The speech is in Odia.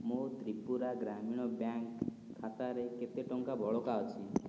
ମୋ ତ୍ରିପୁରା ଗ୍ରାମୀଣ ବ୍ୟାଙ୍କ୍ ଖାତାରେ କେତେ ଟଙ୍କା ବଳକା ଅଛି